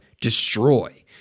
destroy